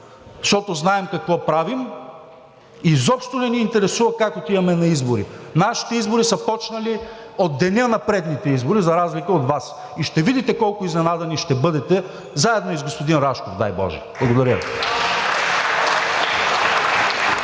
защото знаем какво правим. Изобщо не ни интересува как отиваме на избори. Нашите избори са почнали от деня на предните избори, за разлика от Вас, и ще видите колко изненадани ще бъдете заедно с господин Рашков, дай боже! Благодаря.